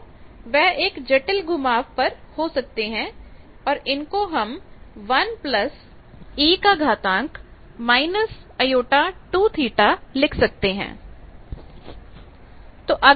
तो वह एक जटिल घुमाव पर हो सकते हैं और इनको हम 1e− j2θ लिख सकते हैं